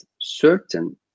certain